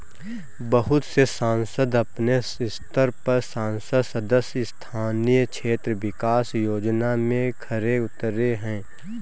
बहुत से संसद अपने स्तर पर संसद सदस्य स्थानीय क्षेत्र विकास योजना में खरे उतरे हैं